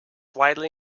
widely